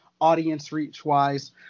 audience-reach-wise